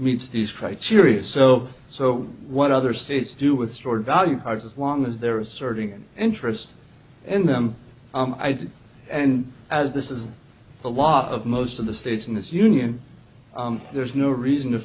meets these criteria so so what other states do with stored value cards as long as they're asserting an interest in them i did and as this is a lot of most of the states in this union there's no reason to